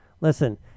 listen